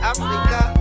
Africa